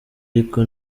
ariko